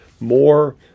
more